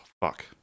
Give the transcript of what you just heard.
Fuck